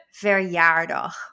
verjaardag